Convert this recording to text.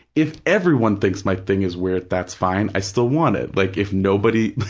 if everyone thinks my thing is weird, that's fine. i still want it. like, if nobody,